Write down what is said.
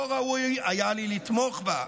לא ראוי היה לי לתמוך בה.